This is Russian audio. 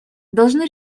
должны